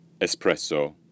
espresso